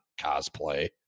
Cosplay